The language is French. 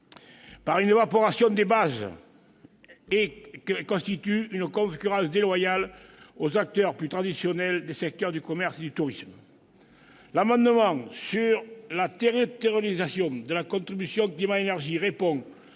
par une évaporation des bases taxables, constituent une concurrence déloyale pour les acteurs plus traditionnels des secteurs du commerce et du tourisme. L'amendement sur la territorialisation de la contribution climat-énergie répond,